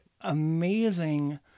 amazing